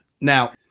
Now